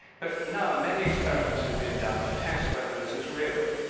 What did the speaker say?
but now many experiments have been done to test whether this is real.